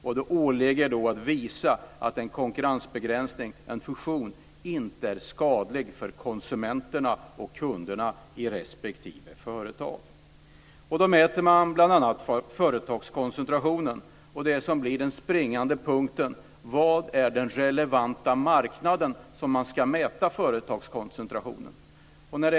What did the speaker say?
Man åläggs att visa att en konkurrensbegränsning eller en fusion inte är skadlig för konsumenterna och kunderna i respektive företag. Vi möter här bl.a. frågan om företagskoncentrationen, och den springande punkten blir: Vilken är den relevanta marknad där man ska mäta företagskoncentrationen?